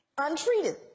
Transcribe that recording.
Untreated